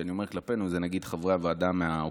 וכשאני אומר "כלפינו" זה חברי הוועדה מהאופוזיציה.